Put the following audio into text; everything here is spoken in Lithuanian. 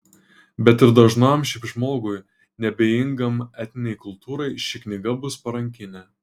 bet ir dažnam šiaip žmogui neabejingam etninei kultūrai ši knyga bus parankinė